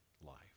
life